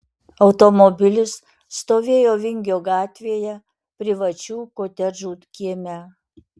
automobilis stovėjo vingio gatvėje privačių kotedžų kieme